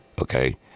Okay